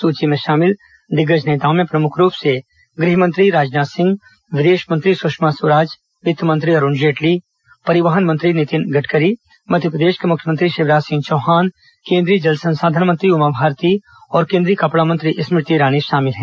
सुची में शामिल दिग्गज नेताओं में प्रमुख रूप से गृहमंत्री राजनाथ सिंह विदेश मंत्री सुषमा स्वराज वित्त मंत्री अरुण जेटली केंद्रीय परिवहन मंत्री नितिन गडकरी मध्यप्रदेश के मुख्यमंत्री शिवराज सिंह चौहान केन्द्रीय जल संसाधन मंत्री उमा भारती और केन्द्रीय कपड़ा मंत्री स्मृति इरानी शामिल हैं